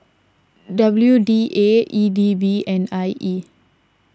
W D A E D B and I E